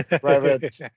private